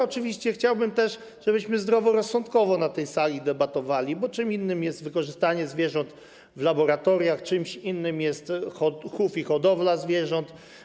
Oczywiście chciałbym też, żebyśmy zdroworozsądkowo debatowali na tej sali, bo czym innym jest wykorzystanie zwierząt w laboratoriach, czym innym jest chów i hodowla zwierząt.